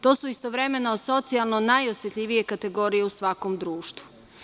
To su istovremeno socijalno najosetljivije kategorije u svakom društvu.